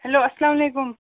hello السلام علیکُم